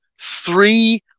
three